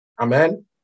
Amen